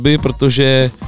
protože